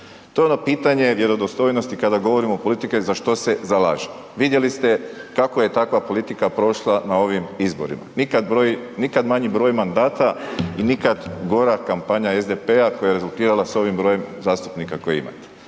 To je ono pitanje vjerodostojnosti kada govorimo politike za što se zalažemo. Vidjeli ste kako je takva politika prošla na ovim izborima. Nikad manji broj mandata i nikad gora kampanja SDP-a koja je rezultirala s ovim brojem zastupnika koje imate.